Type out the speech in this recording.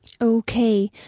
Okay